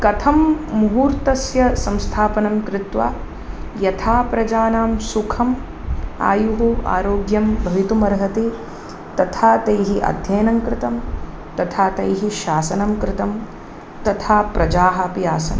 कथं मुहूर्तस्य संस्थापनं कृत्वा यथा प्रजानां सुखम् आयुः आरोग्यं भवितुमर्हति तथा तैः अध्ययनं कृतं तथा तैः शासनं कृतं तथा प्रजाः अपि आसन्